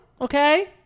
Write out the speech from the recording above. Okay